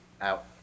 out